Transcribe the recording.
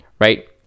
right